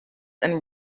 and